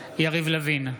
בעד יריב לוין,